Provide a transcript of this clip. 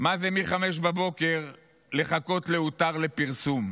מה זה לחכות מ-05:00 ל"הותר לפרסום"